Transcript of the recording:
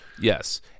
Yes